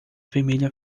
vermelha